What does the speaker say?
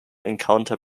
encounter